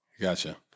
Gotcha